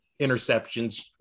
interceptions